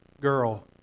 girl